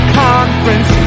conference